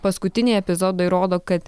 paskutiniai epizodai rodo kad